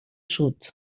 sud